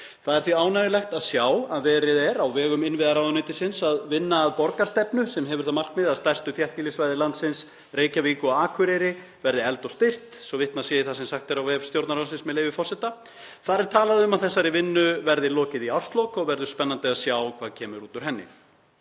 Það er því ánægjulegt að sjá að verið er, á vegum innviðaráðuneytisins, að vinna að borgarstefnu sem hefur það markmið að stærstu þéttbýlissvæði landsins, Reykjavík og Akureyri, verði efld og styrkt, svo vitnað sé í það sem sagt er á vef Stjórnarráðsins, með leyfi forseta. Þar er talað um að þessari vinnu verði lokið í árslok og verður spennandi að sjá hvað kemur út úr henni.